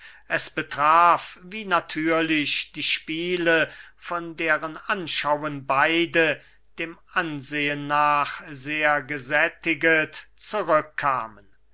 es betraf wie natürlich die spiele von deren anschauen beide dem ansehen nach sehr gesättiget